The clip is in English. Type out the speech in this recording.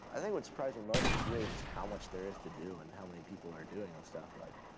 i think what surprised me most is really just how much there is to do, and how many people are doing that stuff, like